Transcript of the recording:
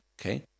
Okay